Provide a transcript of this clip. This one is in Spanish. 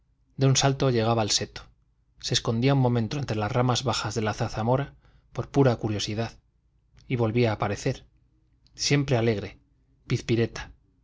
de un salto llegaba al seto se escondía un momento entre las ramas bajas de la zarzamora por pura curiosidad volvía a aparecer siempre alegre pizpireta